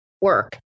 work